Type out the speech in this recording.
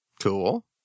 Cool